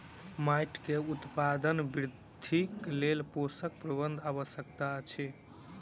माइट के उत्पादन वृद्धिक लेल पोषक प्रबंधन आवश्यक अछि